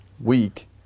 week